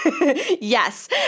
yes